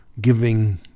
giving